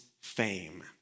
fame